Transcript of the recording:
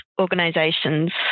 organisations